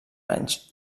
anys